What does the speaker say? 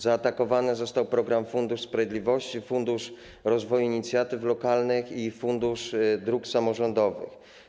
Zaatakowane zostały programy: Fundusz Sprawiedliwości, Fundusz Rozwoju Inicjatyw Lokalnych i Fundusz Dróg Samorządowych.